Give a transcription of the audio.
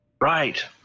Right